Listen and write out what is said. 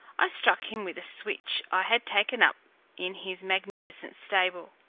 i struck him with a switch i had taken up in his magnificent stable.